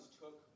took